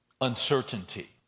uncertainty